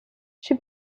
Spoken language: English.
she